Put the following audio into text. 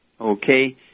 Okay